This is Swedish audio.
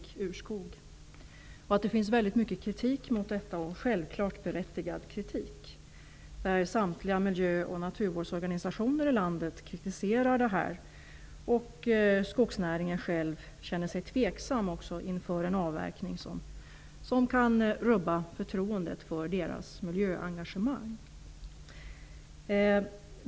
Det finns väldigt mycket kritik mot det -- självfallet berättigad kritik. Samtliga miljöoch naturvårdsorganisationer i landet kritiserar det, och inom skogsnäringen känner man sig tveksam inför en avverkning som kan rubba förtroendet för miljöengagemanget.